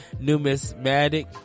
Numismatic